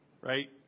Right